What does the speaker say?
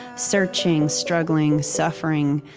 searching, struggling, suffering,